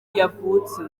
yavutse